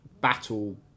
battle